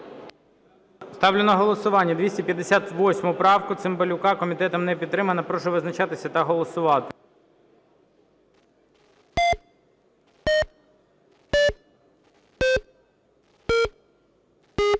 Ставлю на голосування 258 правку Цимбалюка. Комітетом не підтримана. Прошу визначатися та голосувати. 13:08:23 За-74